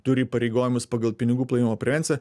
turi įpareigojimus pagal pinigų plovimo prevenciją